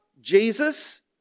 Jesus